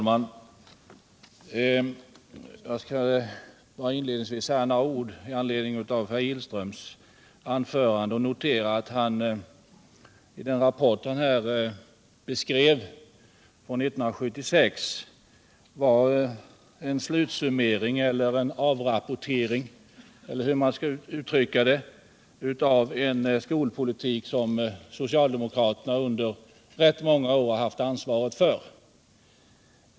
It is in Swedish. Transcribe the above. Herr talman! Inledningvis skall jag bara säga några ord med anledning av herr Gillströms anförande. Jag noterar att den rapport från 1976 som han tog upp och den svartmålning han gjorde var en slutsummering — en avrapportering eller hur man nu skall uttrycka det — beträffande den skolpolitik som socialdemokraterna under många år har haft ansvaret för.